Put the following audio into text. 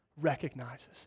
recognizes